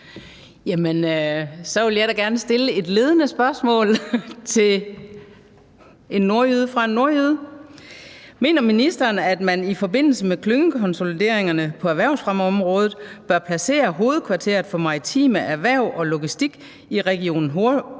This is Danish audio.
så vil jeg da gerne stille et ledende spørgsmål til en nordjyde fra en nordjyde: Mener ministeren, at man i forbindelse med klyngekonsolideringerne på erhvervsfremmeområdet bør placere hovedkvarteret for Maritime Erhverv og Logistik i Region